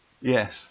Yes